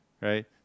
right